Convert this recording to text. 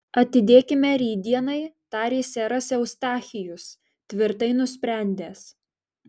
atidėkime rytdienai tarė seras eustachijus tvirtai nusprendęs